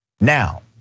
Now